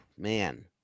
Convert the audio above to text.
man